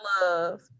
love